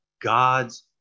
God's